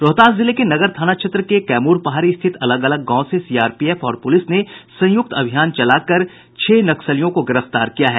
रोहतास जिले के नगर थाना क्षेत्र के कैमूर पहाड़ी स्थित अलग अलग गांव से सीआरपीएफ और पुलिस ने संयुक्त अभियान में कुख्यात चुनमुन उरांव समेत छह नक्सलियों को गिरफ्तार किया है